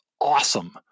awesome